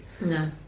No